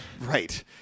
Right